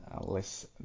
less